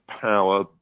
power